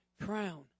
crown